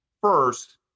First